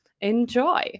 enjoy